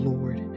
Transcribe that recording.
Lord